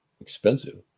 expensive